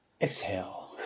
exhale